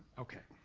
okay,